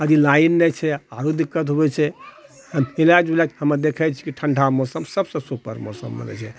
जे लाइन नहि छै आरो दिक्कत होबै छै इलाज उलाज हमे देखै छियै ठण्डा मौसम सबसँ सुपर मौसम मने छै